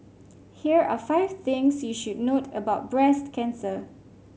here are five things you should note about breast cancer